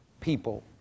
people